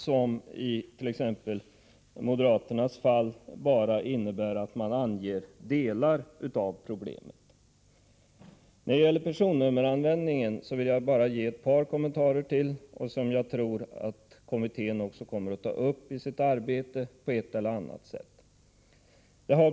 Moderaternas särmening i detta fall innebär att man bara anger delar av problemet. När det gäller personnummeranvändningen vill jag bara kommentera ett par saker som jag tror att kommittén i sitt arbete på ett eller annat sätt kommer att ta upp.